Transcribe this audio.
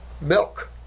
Milk